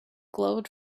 glowed